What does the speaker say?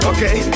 Okay